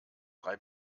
drei